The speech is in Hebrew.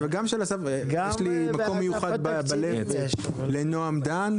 יש לי מקום מיוחד בלב לנעם דן.